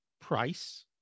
price